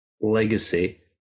legacy